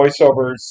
voiceovers